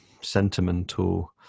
sentimental